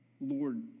Lord